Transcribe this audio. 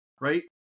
Right